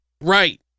Right